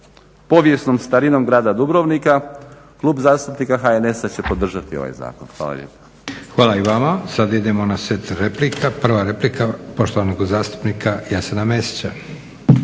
povijesnom starinom grada Dubrovnika, Klub zastupnika HNS-a će podržati ovaj zakon. Hvala lijepa. **Leko, Josip (SDP)** Hvala i vama. Sada idemo na set replika. Prva replika poštovanog zastupnika Jasena Mesića.